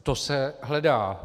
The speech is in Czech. To se hledá.